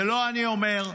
זה לא אני אומר,